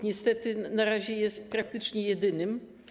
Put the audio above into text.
Niestety na razie jest praktycznie jedynym.